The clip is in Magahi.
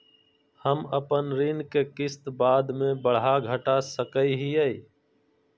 हम अपन ऋण के किस्त बाद में बढ़ा घटा सकई हियइ?